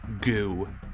goo